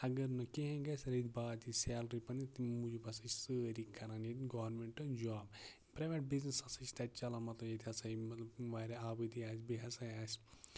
اَگر نہٕ کِہینۍ گژھِ رٮ۪تۍ باد یی سیلری پَنٕنۍ تَمہِ موٗجوٗب ہسا چھِ سٲری کران ییٚتہِ گورمیٚنٹ جاب پریویٹ بِزنٮ۪س ہسا چھُ تَتہِ چلان مطلب ییٚتہِ ہسا یِم مطلب واریاہ آبٲدی آسہِ بیٚیہِ ہسا آسہِ